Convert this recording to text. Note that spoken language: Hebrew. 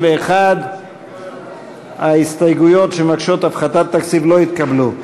61. ההסתייגויות שמבקשות הפחתת תקציב לא התקבלו.